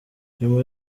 nyuma